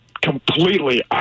completely